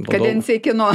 kadencija kieno